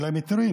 אין להם היתרים,